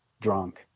drunk